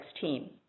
team